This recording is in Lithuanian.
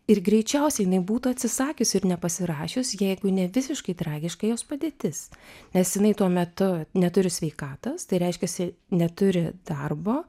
ir greičiausiai jinai būtų atsisakius ir nepasirašius jeigu ne visiškai tragiška jos padėtis nes jinai tuo metu neturi sveikatos tai reiškiasi neturi darbo